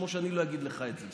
כמו שאני לא אגיד לך את זה.